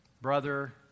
brother